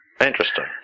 Interesting